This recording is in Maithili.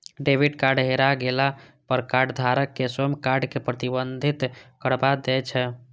डेबिट कार्ड हेरा गेला पर कार्डधारक स्वयं कार्ड कें प्रतिबंधित करबा दै छै